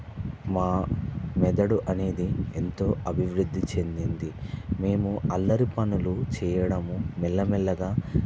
మా మెదడు అనేది ఎంతో అభివృద్ధి చెందింది మేము అల్లరి పనులు చేయడము మెల్లమెల్లగా